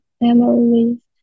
memories